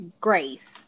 Grace